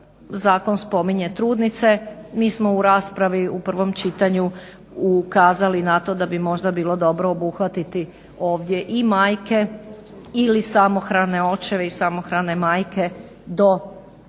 zakon spominje trudnice. Mi smo u raspravi u prvom čitanju ukazali na to da bi možda bilo dobro obuhvatiti ovdje i majke ili samohrane očeve i samohrane majke s djecom